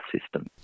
system